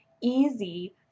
easy